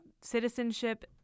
citizenship